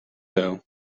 though